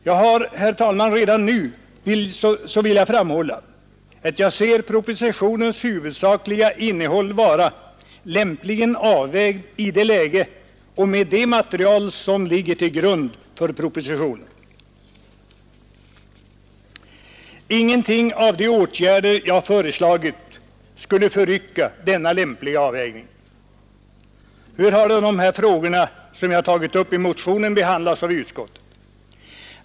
Jag vill, herr talman, redan nu framhålla att jag ser propositionens huvudsakliga innehåll vara lämpligt avvägt i det läge och med det material som ligger till grund för propositionen. Inga av de åtgärder jag föreslagit förrycker denna lämpliga avvägning. Hur har då dessa frågor som jag tagit upp i motionen behandlats av utskottet?